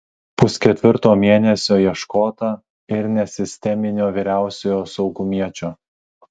pusketvirto mėnesio ieškota ir nesisteminio vyriausiojo saugumiečio